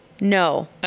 No